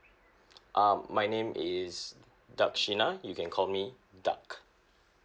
um my name is tak shina you can call me tak